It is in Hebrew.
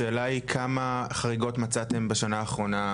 השאלה היא כמה חריגות מצאתם בשנה האחרונה?